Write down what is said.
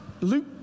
Luke